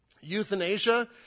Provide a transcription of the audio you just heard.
Euthanasia